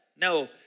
No